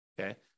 okay